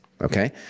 Okay